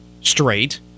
straight